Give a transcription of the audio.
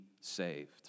saved